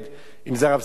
אם הרב סבתו,